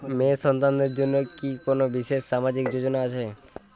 মেয়ে সন্তানদের জন্য কি কোন বিশেষ সামাজিক যোজনা আছে?